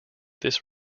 this